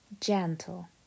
gentle